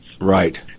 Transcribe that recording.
right